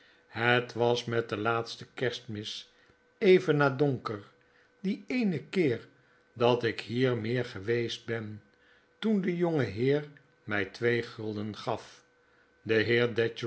het was met de laatste kerstmis even na donker dien ee'nen keer dat ik hier meer geweest ben toen de jongeheer my twee gulden gaf